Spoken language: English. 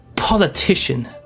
politician